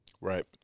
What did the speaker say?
Right